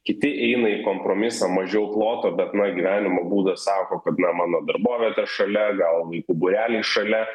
kiti eina į kompromisą mažiau ploto bet na gyvenimo būdas sako kad na mano darbovietė šalia gavom vaikų būrelį šalia